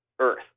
earth